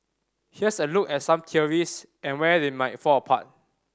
here's a look at some theories and where they might fall apart